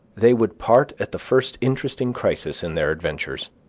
they would part at the first interesting crisis in their adventures.